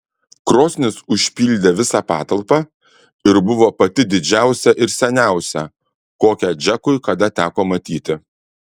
krosnis užpildė visą patalpą ir buvo pati didžiausia ir seniausia kokią džekui kada teko matyti